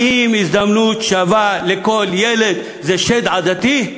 האם הזדמנות שווה לכל ילד זה שד עדתי?